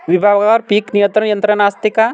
विभागवार पीक नियंत्रण यंत्रणा असते का?